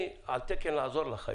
אני על תקן לעזור לך היום.